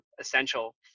essential